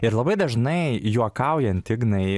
ir labai dažnai juokaujant ignai